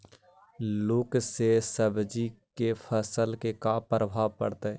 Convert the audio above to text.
लुक से सब्जी के फसल पर का परभाव पड़तै?